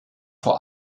vor